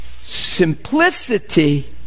simplicity